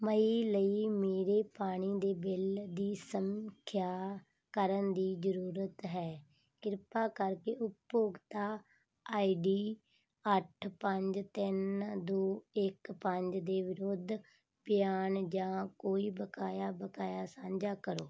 ਮਈ ਲਈ ਮੇਰੇ ਪਾਣੀ ਦੇ ਬਿੱਲ ਦੀ ਸਮੀਖਿਆ ਕਰਨ ਦੀ ਜ਼ਰੂਰਤ ਹੈ ਕਿਰਪਾ ਕਰਕੇ ਉਪਭੋਗਤਾ ਆਈਡੀ ਅੱਠ ਪੰਜ ਤਿੰਨ ਦੋ ਇੱਕ ਪੰਜ ਦੇ ਵਿਰੁੱਧ ਬਿਆਨ ਜਾਂ ਕੋਈ ਬਕਾਇਆ ਬਕਾਇਆ ਸਾਂਝਾ ਕਰੋ